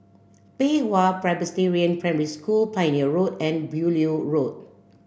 Pei Hwa Presbyterian Primary School Pioneer Road and Beaulieu Road